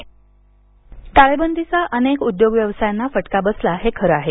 cycle Washim टाळेबंदीचा अनेक उद्योग व्यवसायांना फटका बसला हे खरं आहे